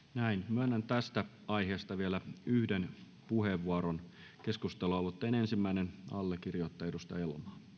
myönnän tästä aiheesta vielä yhden puheenvuoron keskustelualoitteen ensimmäinen allekirjoittaja edustaja elomaa